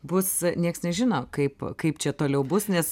bus nieks nežino kaip kaip čia toliau bus nes